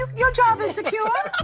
um your job is secure